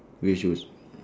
grey shoes